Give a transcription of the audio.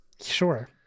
Sure